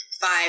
five